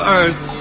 earth